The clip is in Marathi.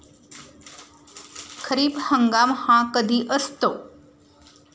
खरीप हंगाम हा कधी असतो?